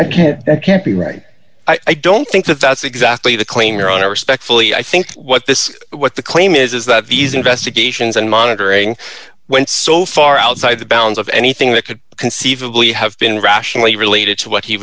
and can't be right i don't think that that's exactly the claim your honor respectfully i think what this what the claim is is that these investigations and monitoring went so far outside the bounds of anything that could conceivably have been rationally related to what he